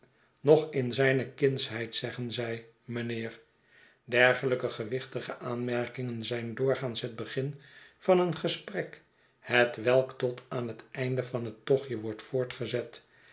nog in zijne kindsheid zeggen zij mijnheer dergelijke gewichtige aanmerkingen zijn doorgaans het begin van een gesprek hetwelk tot aan het einde van het tochtje wordt voortgezet